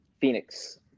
Phoenix